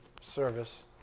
service